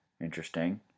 Interesting